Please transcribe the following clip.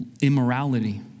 immorality